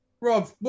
Rob